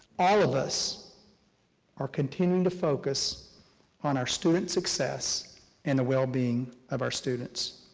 all of us are continuing to focus on our student success and the well-being of our students.